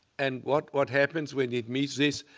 and what what happens when it meets this?